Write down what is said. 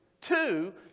Two